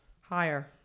higher